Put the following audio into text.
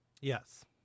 Yes